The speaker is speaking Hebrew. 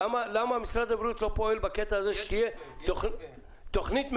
למה משרד הבריאות לא פועל להראות תוכנית מגרה?